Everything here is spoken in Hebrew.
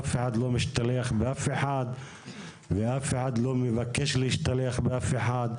אף אחד לא משתלח באף אחד ואף אחד לא מבקש להשתלח באף אחד,